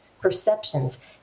perceptions